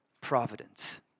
providence